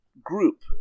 group